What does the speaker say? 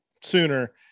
sooner